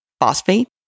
phosphate